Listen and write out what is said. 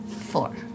four